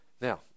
Now